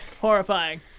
Horrifying